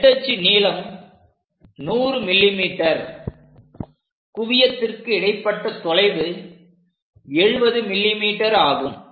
நெட்டச்சு நீளம் 100 mm குவியத்திற்கிடப்பட்ட தொலைவு 70 mm ஆகும்